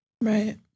Right